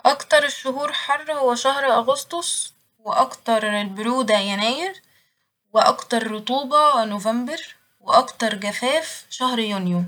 أكتر الشهور حر هو شهر أغسطس ، وأكتر البرودة يناير وأكتر رطوبة نوفمبر وأكتر جفاف شهر يونيو